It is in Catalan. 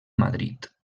madrid